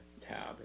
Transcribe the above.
tab